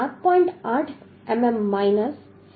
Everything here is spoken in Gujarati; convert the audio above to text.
8 મીમી માઈનસ 1